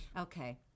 Okay